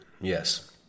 Yes